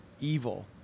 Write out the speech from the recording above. evil